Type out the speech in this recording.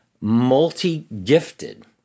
multi-gifted